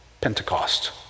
Pentecost